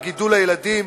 בגידול הילדים,